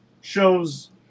shows